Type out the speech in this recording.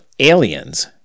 Aliens